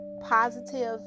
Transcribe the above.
positive